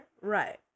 Right